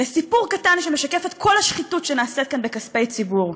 סיפור אחד קטן שמשקף את כל השחיתות שנעשית כאן בכספי ציבור.